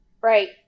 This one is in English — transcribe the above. Right